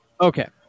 Okay